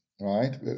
right